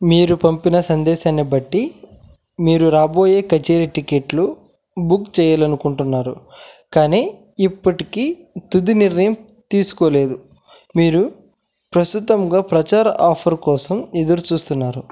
మీరు పంపిన సందేశాన్ని బట్టి మీరు రాబోయే కచేరి టిక్కెట్లు బుక్ చేయాలి అనుకుంటున్నారు కానీ ఇప్పటికీ తుదినిర్ణయం తీసుకోలేదు మీరు ప్రస్తుతంగా ప్రచార ఆఫర్ కోసం ఎదురుచూస్తున్నారు